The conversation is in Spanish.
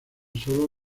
sólo